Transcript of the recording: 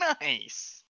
Nice